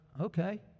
okay